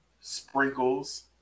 sprinkles